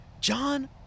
John